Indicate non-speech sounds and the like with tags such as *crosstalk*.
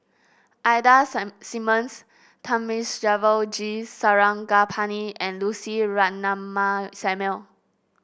Ida *unintelligible* Simmons Thamizhavel G Sarangapani and Lucy Ratnammah Samuel